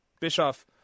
Bischoff